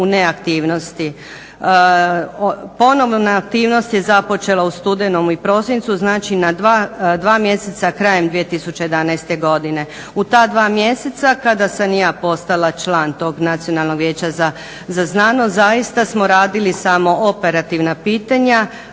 u neaktivnosti. Ponovno je aktivnost započela u studenom i prosincu. Znači na dva mjeseca krajem 2011. godine. U ta dva mjeseca kada sam i ja postala član tog Nacionalnog vijeća za znanost, zaista smo radili samo operativna pitanja,